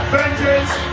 Vengeance